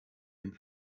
dem